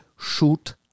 Shoot